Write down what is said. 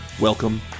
welcome